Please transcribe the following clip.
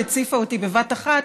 שהציפה אותי בבת אחת,